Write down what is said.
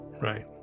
right